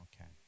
Okay